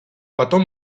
потом